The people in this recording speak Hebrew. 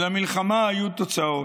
ולמלחמה היו תוצאות.